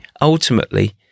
ultimately